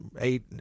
eight